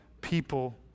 people